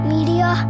Media